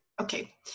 okay